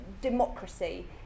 democracy